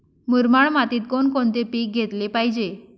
मुरमाड मातीत कोणकोणते पीक घेतले पाहिजे?